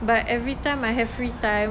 but everytime I have free time